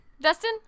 Dustin